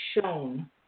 shown